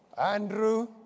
Andrew